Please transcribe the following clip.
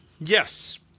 yes